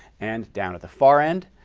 and down at the far end,